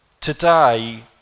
today